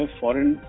foreign